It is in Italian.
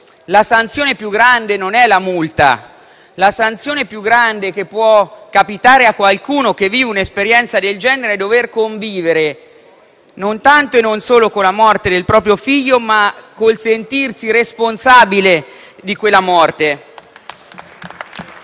la sanzione più grande non è la multa: la sanzione più grande che può capitare a qualcuno che vive un'esperienza del genere è dover convivere, non tanto e non solo con la morte del proprio figlio, ma col sentirsi responsabile di quella morte